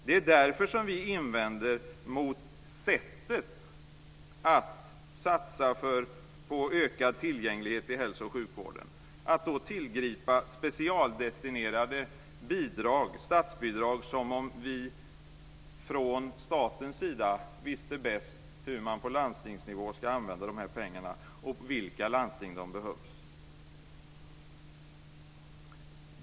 Det är därför vi invänder mot sättet att satsa på ökad tillgänglighet i hälso och sjukvården. Staten tillgriper specialdestinerade statsbidrag som om vi från statens sida visste bäst hur man på landstingsnivå ska använda pengarna och i vilka landsting de behövs.